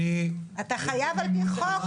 אתה חייב על פי חוק.